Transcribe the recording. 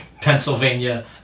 Pennsylvania